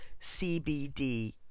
CBD